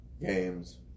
games